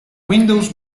windows